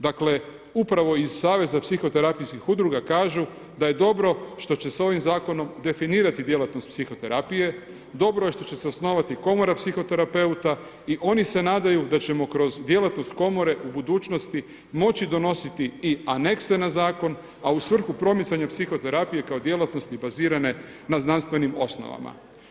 Dakle upravo iz Saveza psihoterapijskih udruga kažu da je dobro što će se ovim zakonom definirati djelatnost psihoterapije, dobro je što će se osnovati komora psihoterapeuta i oni se nadaju da ćemo kroz djelatnost komore u budućnosti moći donositi i anekse na zakona u svrhu promicanja psihoterapije kao djelatnosti bazirane na znanstvenim osnovama.